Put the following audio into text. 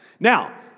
Now